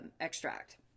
extract